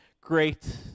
great